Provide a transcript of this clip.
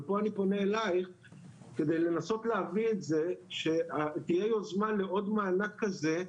ופה אני פונה אליך כדי לנסות להביא את זה שתהיה יוזמה לעוד מענק כזה,